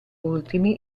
ultimi